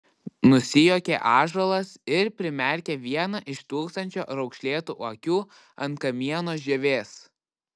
nusijuokė ąžuolas ir primerkė vieną iš tūkstančio raukšlėtų akių ant kamieno žievės